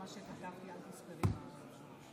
אני קובע כי ההצעה התקבלה ותועבר לוועדת החוקה,